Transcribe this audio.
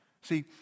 See